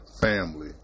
family